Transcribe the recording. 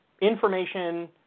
information